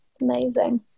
Amazing